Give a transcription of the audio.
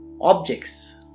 objects